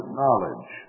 knowledge